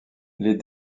les